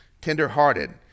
tenderhearted